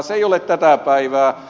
se ei ole tätä päivää